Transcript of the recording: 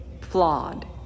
Flawed